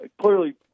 Clearly